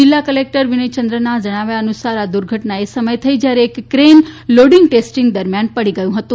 જિલ્લા કલેક્ટર વિનયચંદ્રના જણાવ્યા અનુસાર આ દુર્ઘટના એ સમયે થઇ જ્યારે એક ક્રેઇન લોડિગ ટેસ્ટીંગ દરમ્યાન પડી ગયું હતું